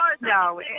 no